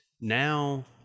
now